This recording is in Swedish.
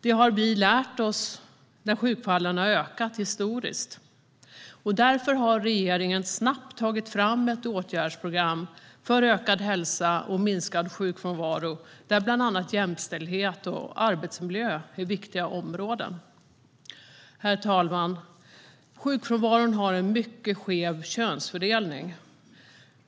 Det har vi lärt oss när sjukfallen har ökat historiskt. Därför har regeringen snabbt tagit fram ett åtgärdsprogram för ökad hälsa och minskad sjukfrånvaro, där bland annat jämställhet och arbetsmiljö är viktiga områden. Herr talman! Sjukfrånvaron har en mycket skev könsfördelning.